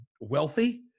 wealthy